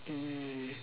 mm